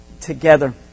together